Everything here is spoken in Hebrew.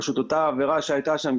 פשוט אותה עבירה שהייתה שם,